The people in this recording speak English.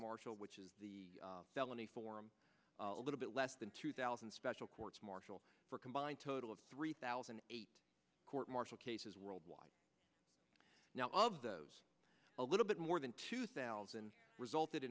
martial which is the felony form a little bit less than two thousand special courts martial for a combined total of three thousand eight court martial cases worldwide now of those a little bit more than two thousand resulted